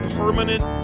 permanent